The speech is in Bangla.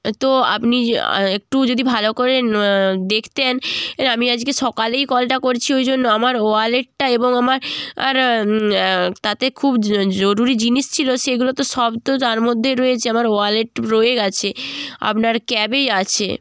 তো আপনি যদি একটু যদি ভালো করে দেখতেন আমি আজকে সকালেই কলটা করছি ওই জন্য আমার ওয়ালেটটা এবং আমার আর তাতে খুব জরুরি জিনিস ছিলো সেগুলো তো সব তো তার মধ্যে রয়েছে আমার ওয়ালেট রয়ে গেছে আপনার ক্যাবেই আছে